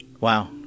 Wow